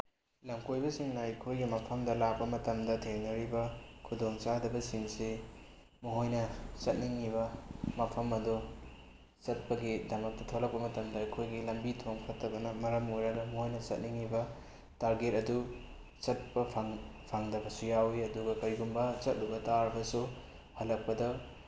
ꯂꯝꯀꯣꯏꯕꯁꯤꯡꯅ ꯑꯩꯈꯣꯏꯒꯤ ꯃꯐꯝꯗ ꯂꯥꯛꯄ ꯃꯇꯝꯗ ꯊꯦꯡꯅꯔꯤꯕ ꯈꯨꯗꯣꯡꯆꯥꯗꯕ ꯁꯤꯡꯁꯤ ꯃꯈꯣꯏꯅ ꯆꯠꯅꯤꯡꯉꯤꯕ ꯃꯐꯝ ꯑꯗꯨ ꯆꯠꯄꯒꯤꯗꯃꯛꯇ ꯊꯣꯛꯂꯛꯄ ꯃꯇꯝꯗ ꯑꯩꯈꯣꯏꯒꯤ ꯂꯝꯕꯤ ꯊꯣꯡ ꯆꯠꯇꯕꯅ ꯃꯔꯝ ꯑꯣꯏꯔꯒ ꯃꯣꯏꯅ ꯆꯠꯅꯤꯡꯉꯤꯕ ꯇꯥꯔꯒꯦꯠ ꯑꯗꯨ ꯆꯠꯄ ꯐꯪꯗꯕꯁꯨ ꯌꯥꯎꯋꯤ ꯑꯗꯨꯒ ꯀꯔꯤꯒꯨꯝꯕ ꯆꯠꯂꯨꯕ ꯇꯥꯔꯕꯁꯨ ꯍꯜꯂꯛꯄꯗ